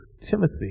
Timothy